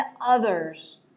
others